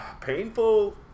painful